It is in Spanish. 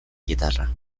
guitarra